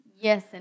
Yes